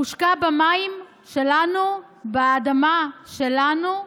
הושקה במים שלנו, באדמה שלנו,